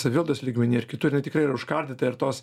savivaldos lygmenyje ar kitur ji tikrai yra užkardyta ir tos